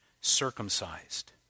circumcised